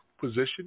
position